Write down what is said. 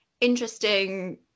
interesting